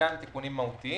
וחלקם תיקונים מהותיים.